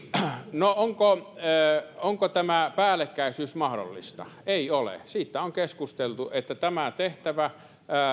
no onko tämä päällekkäisyys mahdollista ei ole siitä on keskusteltu että tämä tehtävä